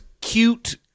cute